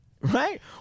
right